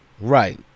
Right